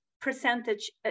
percentage